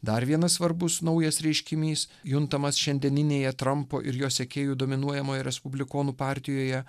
dar vienas svarbus naujas reiškinys juntamas šiandieninėje trampo ir jo sekėjų dominuojamoje respublikonų partijoje